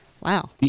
Wow